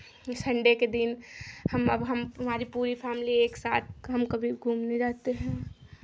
Sunday के दिन हम अब हम हमारी पूरी फैमिली एकसाथ हम कभी घूमने जाते हैं